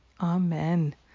Amen